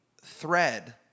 thread